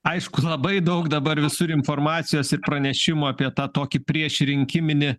aišku labai daug dabar visur informacijos ir pranešimų apie tą tokį priešrinkiminį